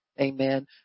Amen